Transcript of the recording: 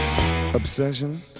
obsession